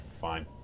fine